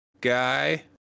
Guy